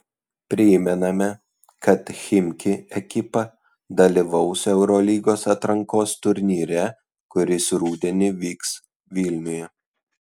primename kad chimki ekipa dalyvaus eurolygos atrankos turnyre kuris rudenį vyks vilniuje